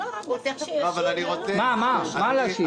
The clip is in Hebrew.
מה להשיב?